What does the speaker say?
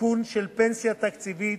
עדכון של פנסיה תקציבית